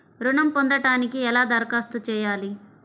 ఋణం పొందటానికి ఎలా దరఖాస్తు చేయాలి?